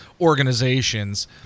organizations